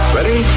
Ready